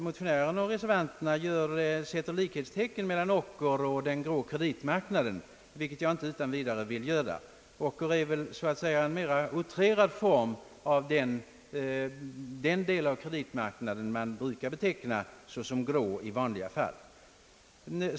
Motionärerna och reservanterna sätter likhetstecken mellan ocker och den »grå» kreditmarknaden, vilket jag inte utan vidare vill göra. Ocker är väl så att säga en mera outrerad form av den del av kreditmarknaden som man brukar beteckna såsom grå.